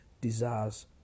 desires